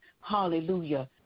Hallelujah